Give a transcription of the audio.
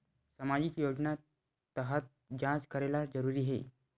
सामजिक योजना तहत जांच करेला जरूरी हे